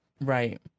Right